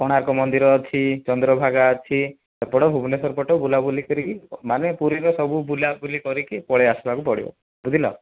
କୋଣାର୍କ ମନ୍ଦିର ଅଛି ଚନ୍ଦ୍ରଭାଗା ଅଛି ସେପଟ ଭୁବନେଶ୍ୱର ପଟ ବୁଲାବୁଲି କରିକି ମାନେ ପୁରୀର ସବୁ ବୁଲାବୁଲି କରିକି ପଳେଇ ଆସିବାକୁ ପଡ଼ିବ ବୁଝିଲ